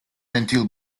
until